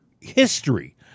history